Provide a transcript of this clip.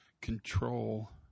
control